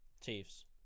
Chiefs